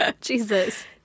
Jesus